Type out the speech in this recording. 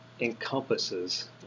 encompasses